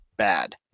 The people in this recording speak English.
bad